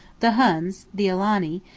the huns, the alani,